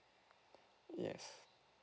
yes